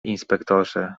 inspektorze